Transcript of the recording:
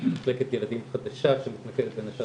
מחלקת ילדים חדשה שמתמקדת בין השאר